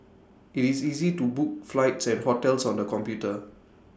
IT is easy to book flights and hotels on the computer